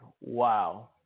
Wow